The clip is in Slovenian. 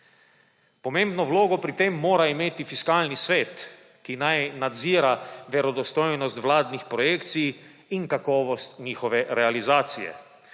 Pomembno vlogo pri tem mora imeti Fiskalni svet, ki naj nadzira verodostojnost vladnih projekcij in kakovost njihove realizacije.